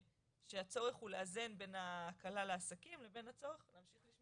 שהצורך הוא לאזן בין ההקלה לעסקים לבין הצורך בכל מה